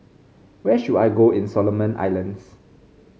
where should I go in Solomon Islands